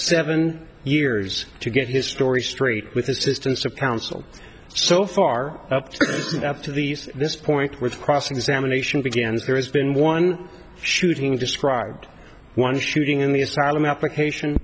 seven years to get his story straight with assistance of counsel so far just after these this point with cross examination begins there has been one shooting described one shooting in the asylum application